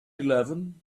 eleven